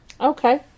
Okay